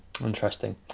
Interesting